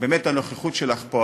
שבאמת הנוכחות שלך פה,